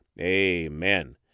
amen